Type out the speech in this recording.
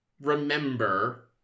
remember